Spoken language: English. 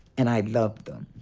and i loved them.